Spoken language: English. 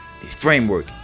framework